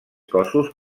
cossos